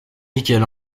michel